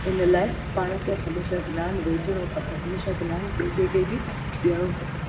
इन लाइ पाण खे हमेशा ज्ञान वेचिणो खपे हमेशा ज्ञान ॿिए कंहिंखें बि ॾियणो खपे